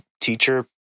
teacher